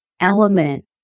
element